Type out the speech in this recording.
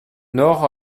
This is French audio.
nord